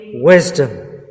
Wisdom